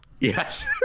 Yes